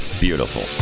beautiful